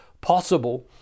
possible